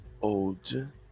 old